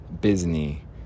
Disney